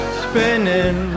spinning